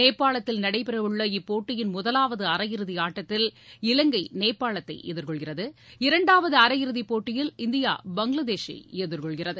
நேபாளத்தில் நடைபெறவுள்ள இப்போட்டியின் முதலாவது அரையிறுதி ஆட்டத்தில் இலங்கை நேபாளத்தை எதிர்கொள்கிறது இரண்டாவது அரையிறுதிப் போட்டியில் இந்தியா பங்ளாதேஷை எதிர்கொள்கிறது